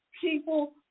people